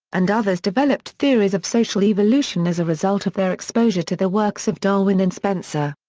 and others developed theories of social evolution as a result of their exposure to the works of darwin and spencer.